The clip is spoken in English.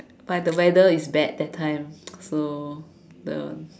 but the weather is bad that time so the